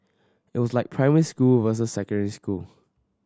it was like primary school versus secondary school